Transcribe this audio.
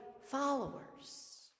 followers